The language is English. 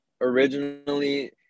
originally